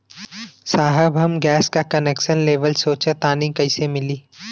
साहब हम गैस का कनेक्सन लेवल सोंचतानी कइसे मिली?